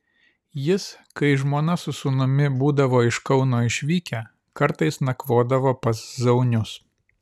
jis kai žmona su sūnumi būdavo iš kauno išvykę kartais nakvodavo pas zaunius